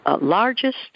largest